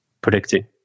predicting